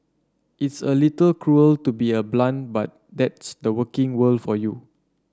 it's a little cruel to be a blunt but that's the working world for you